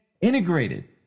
integrated